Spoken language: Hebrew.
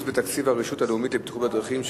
בתקציב הרשות הלאומית לבטיחות בדרכים,